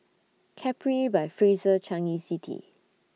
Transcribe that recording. Capri By Fraser Changi City